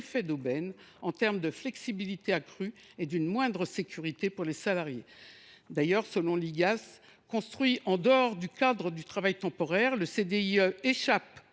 d’aubaine, puisqu’il offre une flexibilité accrue, assorti d’une moindre sécurité pour les salariés. D’ailleurs, selon l’Igas, « construit en dehors du cadre du travail temporaire, le CDIE échappe